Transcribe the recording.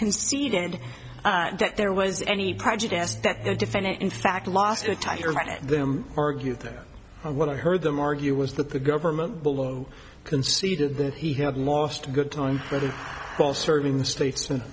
conceded that there was any prejudice that the defendant in fact lost a tire read them argued there or what i heard them argue was that the government below conceded that he had lost good tone for the whole serving the states and